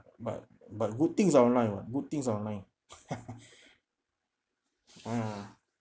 but but good things are online [what] good things are online ah